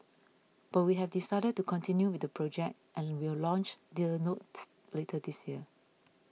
but we have decided to continue with the project and will launch the notes later this year